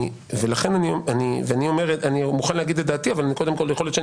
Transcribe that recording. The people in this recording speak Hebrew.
אני מוכן להגיד את דעתי אבל יכול להיות שאני